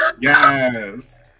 Yes